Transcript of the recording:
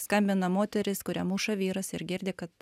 skambina moteris kurią muša vyras ir girdi kad